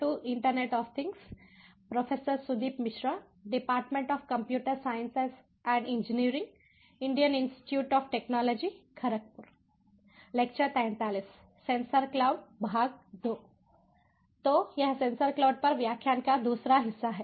तो यह sensor cloud पर व्याख्यान का दूसरा हिस्सा है